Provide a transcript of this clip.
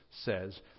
says